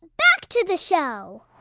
back to the show